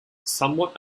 somewhat